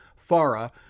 Farah